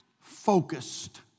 Focused